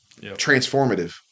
transformative